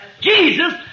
Jesus